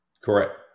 correct